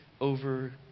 over